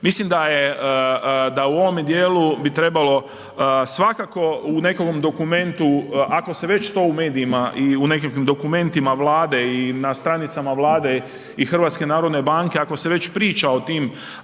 Mislim da u ovom djelu bi trebalo svakako u nekakvom dokumentu ako se već to u medijima i u nekakvim dokumentima Vlade i na stranicama Vlade i HNB-a, ako se već priča o tim